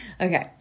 Okay